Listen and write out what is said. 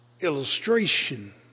illustration